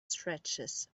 stretches